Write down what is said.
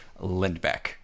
Lindbeck